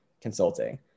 consulting